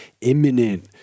imminent